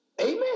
Amen